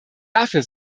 dafür